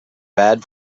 bad